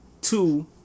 Two